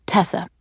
Tessa